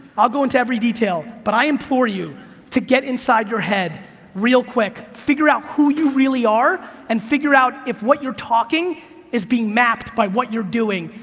i'll go into every detail, but i implore you to get inside your head real quick, figure out who you really are, and figure out if what you're talking is being mapped by what you're doing.